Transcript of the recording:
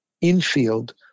infield